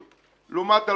אתה יכול לענות לי,